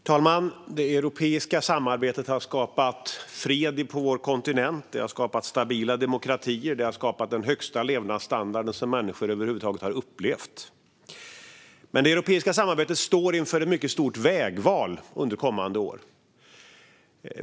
Herr talman! Det europeiska samarbetet har skapat fred på vår kontinent, stabila demokratier och den högsta levnadsstandard som människor över huvud taget har upplevt. Men det europeiska samarbetet står inför ett mycket stort vägval under kommande år.